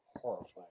horrifying